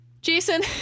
Jason